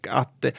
att